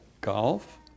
golf